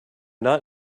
not